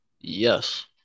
Yes